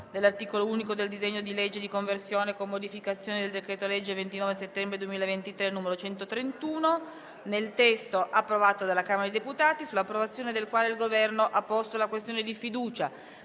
dell'articolo unico del disegno di legge n. 937, di conversione in legge, con modificazioni, del decreto-legge 29 settembre 2023, n. 131, nel testo approvato dalla Camera dei deputati, sull'approvazione del quale il Governo ha posto la questione di fiducia: